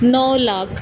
णव लाख